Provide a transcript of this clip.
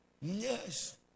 Yes